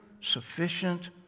sufficient